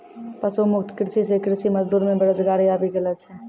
पशु मुक्त कृषि से कृषि मजदूर मे बेरोजगारी आबि गेलो छै